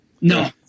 No